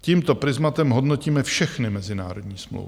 Tímto prizmatem hodnotíme všechny mezinárodní smlouvy.